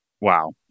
Wow